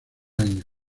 año